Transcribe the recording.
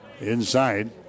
inside